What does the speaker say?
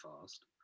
fast